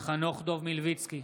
חנוך דב מלביצקי,